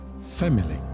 family